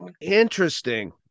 Interesting